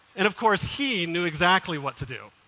and of course he knew exactly what to do.